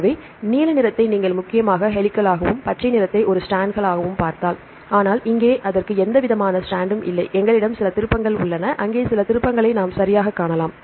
ஆகவே நீல நிறத்தை நீங்கள் முக்கியமாக ஹெலிகளாகவும் பச்சை நிறத்தை ஒரு ஸ்ட்ராண்ட்களாகவும் பார்த்தால் ஆனால் இங்கே அதற்கு எந்தவிதமான ஸ்ட்ராண்ட்டும் இல்லை எங்களிடம் சில திருப்பங்கள் உள்ளன அங்கே சில திருப்பங்களை நாம் சரியாகக் காணலாம்